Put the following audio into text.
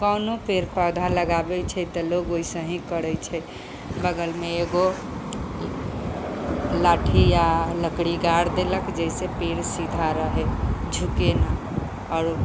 कोनो पेड़ पौधा लगाबै छै तऽ लोग वैसे ही करै छै बगल मे एगो लाठी या लकड़ी गारि देलक जैसे पेड़ सीधा रहे झुके ना आओर